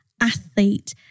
athlete